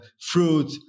fruit